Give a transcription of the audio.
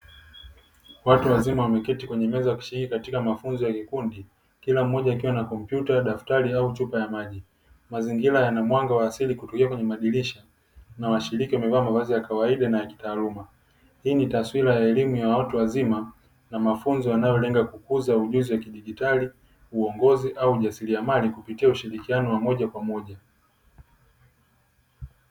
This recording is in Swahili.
Watu wazima wameketi kwenye meza wakishiriki mafunzo ya kikundi kila mmoja akiwa na kompyuta, daftari au chupa ya maji, mazingira yana mwanga wa asili kutokea kwenye madirisha na washiriki wamevaa mavazi ya kawaida na ya kitaaluma. Hii ni taswira ya elimu ya watu wazima na mafunzo yanayolenga kukuza ujuzi wa kidigitali, uongozi au ujasiriamali kupitia ushirikiano wa moja kwa moja.